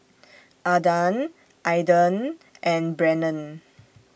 Adan Aidan and Brennon